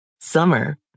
Summer